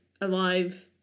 alive